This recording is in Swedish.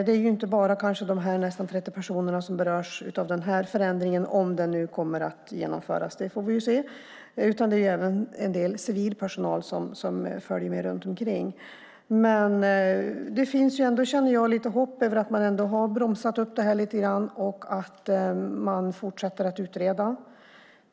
Det kanske inte är bara de nästan 30 personerna som berörs av den här förändringen - om den nu kommer att genomföras, vilket vi får se - utan det är även en del civil personal runt omkring som följer med. Jag känner ändå lite hopp nu när man har bromsat upp det här lite grann och fortsätter att utreda.